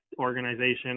organization